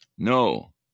No